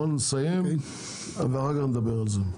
בוא נסיים ואחר כך נדבר על זה.